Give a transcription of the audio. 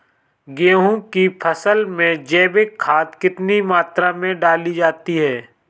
गेहूँ की फसल में जैविक खाद कितनी मात्रा में डाली जाती है?